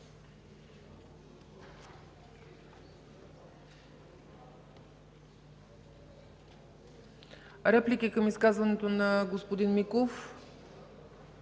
Реплики към изказването на господин Миков?